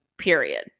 Period